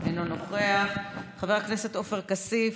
אינו נוכח, חבר הכנסת עופר כסיף,